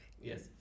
Yes